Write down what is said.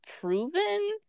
proven